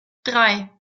drei